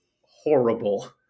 horrible